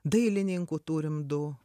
dailininkų turim du